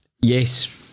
Yes